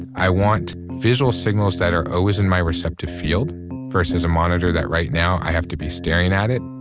and i want visual signals that are always in my receptive field versus a monitor that right now i have to be staring at it.